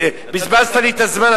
בזבזת לי את הזמן,